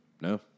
no